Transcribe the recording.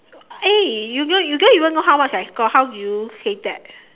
eh you don't you don't even know how much I score how do you say that